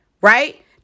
right